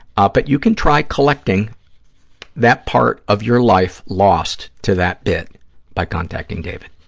ah but you can try collecting that part of your life lost to that bit by contacting david.